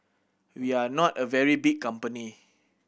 we are not a very big company